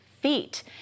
feet